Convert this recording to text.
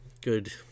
good